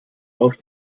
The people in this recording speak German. auf